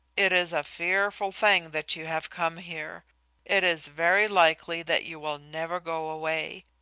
it is a fearful thing that you have come here it is very likely that you will never go away.